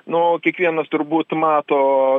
no kiekvienas turbūt mato